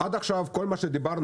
עד עכשיו כל מה שדיברנו,